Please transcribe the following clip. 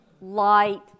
light